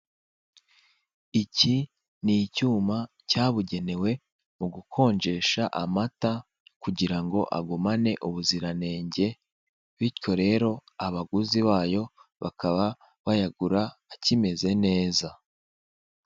Iki ni icyuma cyabugenewe mu gukonjesha amata kugira ngo agumane ubuziranenge bityo rero abaguzi bayo bakaba bayagura akimeze neza.